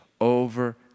over